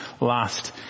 last